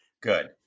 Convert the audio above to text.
Good